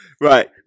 Right